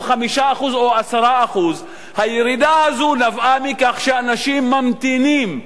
או 5% או 10%. הירידה הזאת נבעה מכך שאנשים ממתינים,